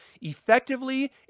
effectively